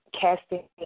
casting